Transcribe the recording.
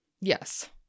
Yes